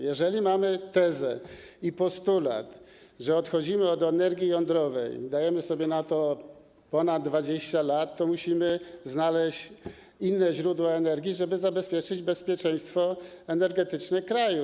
Jeżeli mamy tezę i postulat, że odchodzimy od energii jądrowej, i dajemy sobie na to ponad 20 lat, to musimy znaleźć inne źródła energii, żeby zapewnić bezpieczeństwo energetyczne kraju.